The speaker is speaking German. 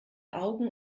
augen